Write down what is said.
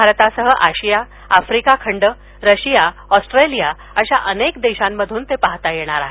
भारतासह आशिया आफ्रिका खंड रशिया ऑस्ट्रेलिया अशा अनेक देशांमधून ते पाहता येणार आहे